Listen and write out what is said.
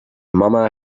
mama